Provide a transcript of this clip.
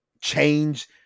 change